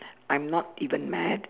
I'm not even mad